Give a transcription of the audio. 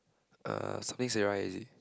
uh something Sarah is it